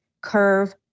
Curve